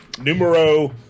Numero